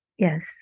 Yes